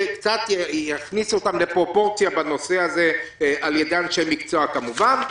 שקצת יכניס אותם לפרופורציה בנושא הזה על ידי אנשי מקצוע כמובן.